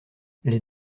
les